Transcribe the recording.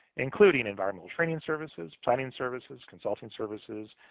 including environmental training services, planning services, consulting services,